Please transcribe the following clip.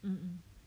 mm mm